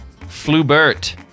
Flubert